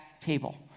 table